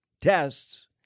tests